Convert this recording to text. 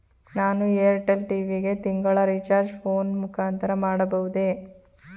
ನಾನು Airtel TV ಗೆ ತಿಂಗಳ ರಿಚಾರ್ಜ್ ಫೋನ್ ಮುಖಾಂತರ ಮಾಡಬಹುದೇ?